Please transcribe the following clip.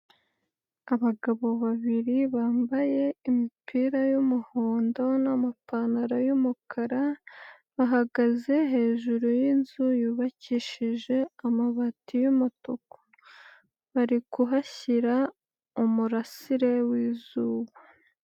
Abagabo babiri bambaye imipira y'umuhondo n'amapantaro y'umukara, bahagaze hejuru y'inzu yubakishije amabati y'umutuku. Bari kuhashyira umurasire w'izuba.